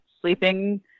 sleeping